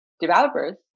developers